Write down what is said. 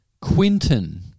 Quinton